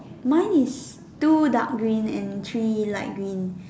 mine is two dark green and three light green